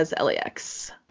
LAX